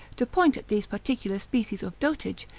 to point at these particular species of dotage,